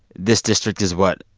this district is what?